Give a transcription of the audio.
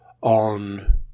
on